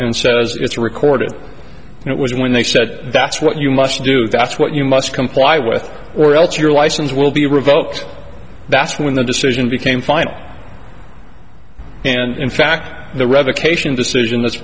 and says it's recorded and it was when they said that's what you must do that's what you must comply with or else your license will be revoked that's when the decision became final and in fact the revocation decision